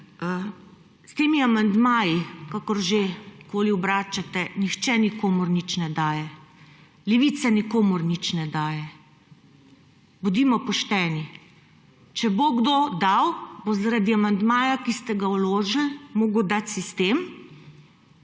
S temi amandmaji, kakorkoli jih že obračate, nihče nikomur nič ne daje. Levica nikomur nič ne daje. Bodimo pošteni. Če bo kdo dal, bo zaradi amandmaja, ki ste ga vložili, moral dati sistem,